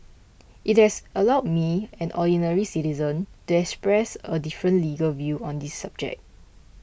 it has allowed me an ordinary citizen to express a different legal view on this subject